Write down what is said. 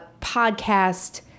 podcast